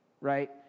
right